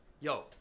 yo